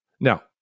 Now